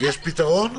יש פתרון?